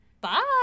Bye